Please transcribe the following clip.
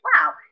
wow